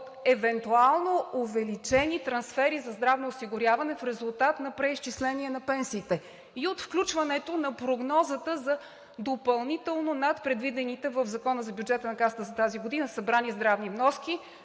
от евентуално увеличени трансфери за здравно осигуряване в резултат на преизчисление на пенсиите и от включването на прогнозата за допълнително над предвидени в Закона за бюджета на Касата за тази година събрани здравни вноски,